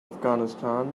afghanistan